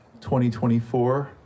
2024